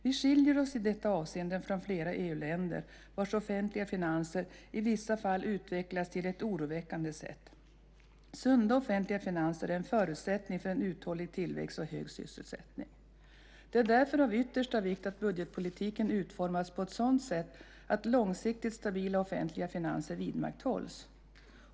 Vi skiljer oss i det avseendet från flera EU-länder vars offentliga finanser i vissa fall utvecklats på ett oroväckande sätt. Sunda offentliga finanser är en förutsättning för en uthållig tillväxt och hög sysselsättning. Det är därför av yttersta vikt att budgetpolitiken utformas på ett sådant sätt att långsiktigt stabila offentliga finanser vidmakthålls.